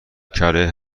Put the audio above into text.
کره